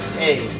hey